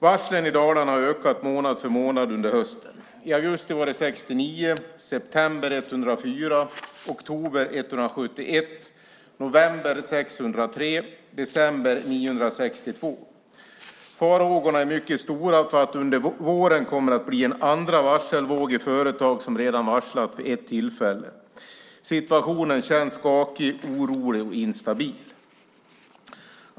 Varslen i Dalarna har ökat månad för månad under hösten. I augusti var de 69, i september 104, i oktober 171, i november 603 och i december 962. Farhågorna är stora för att det under våren kommer att bli en andra varselvåg i företag som redan har varslat vid ett tillfälle. Situationen känns skakig, orolig och instabil.